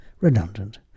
redundant